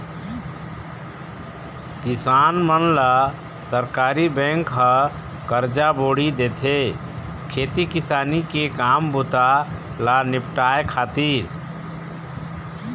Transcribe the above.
किसान मन ल सहकारी बेंक ह करजा बोड़ी देथे, खेती किसानी के काम बूता ल निपाटय खातिर